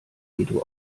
veto